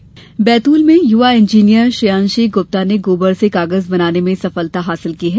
गोबर कागज बैतूल में युवा इंजीनियर श्रेयांशी गुप्ता ने गोबर से कागज बनाने में सफलता हासिल की है